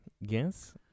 Yes